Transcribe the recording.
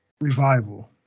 revival